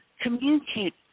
communicate